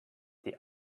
the